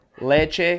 leche